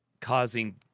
causing